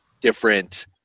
different